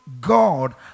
God